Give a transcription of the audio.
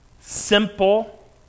Simple